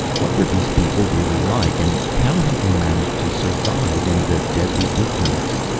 what were these people really like and how had they managed to survive in the deadly wilderness?